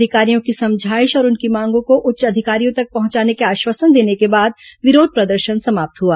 अधिकारियों की समझाइश और उनकी मांगों को उच्च अधिकारियों तक पहुंचाने के आश्वासन देने के बाद विरोध प्रदर्शन समाप्त हुआ